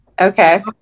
Okay